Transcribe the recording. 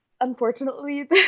Unfortunately